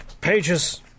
Pages